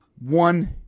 one